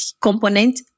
component